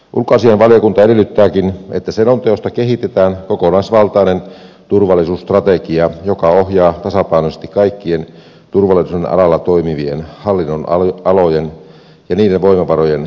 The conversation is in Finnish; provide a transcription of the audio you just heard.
ulkoasiainvaliokunta edellyttääkin että selonteosta kehitetään kokonaisvaltainen turvallisuusstrategia joka ohjaa tasapainoisesti kaikkien turvallisuuden alalla toimivien hallinnonalojen ja niiden voimavarojen kehittämistä